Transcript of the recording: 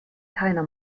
keiner